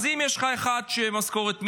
אז אם יש לך אחד עם משכורת מינימום,